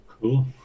Cool